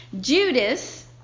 Judas